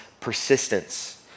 persistence